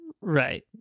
Right